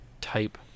type